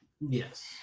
yes